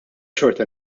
xorta